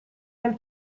del